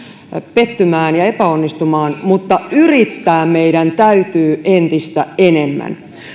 pettymään ja epäonnistumaan mutta yrittää meidän täytyy entistä enemmän